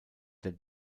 der